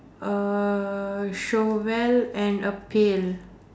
a shovel and a pail